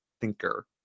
thinker